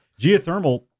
Geothermal